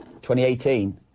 2018